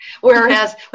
whereas